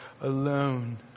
alone